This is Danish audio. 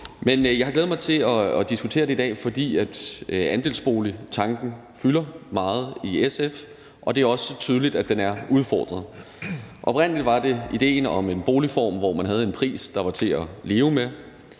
Men jeg har glædet mig til at diskutere det i dag, fordi andelsboligtanken fylder meget i SF, og det er også tydeligt, at den er udfordret. Oprindelig var det idéen om en boligform, hvor man havde en pris, der var til at leve med,